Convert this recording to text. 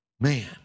man